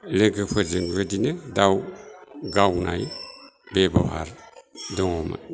लोगोफोरजों बिदिनो दाउ गावनाय बेब'हार दङमोन